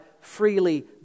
freely